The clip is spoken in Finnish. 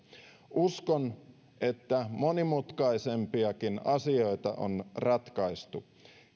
uskon että monimutkaisempiakin asioita on ratkaistu